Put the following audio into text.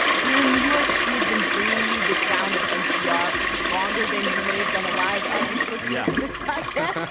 here in new york, she has been bringing you the sound of npr longer than you may have been alive, average listener to this podcast.